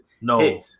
No